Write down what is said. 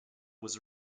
was